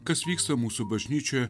kas vyksta mūsų bažnyčioje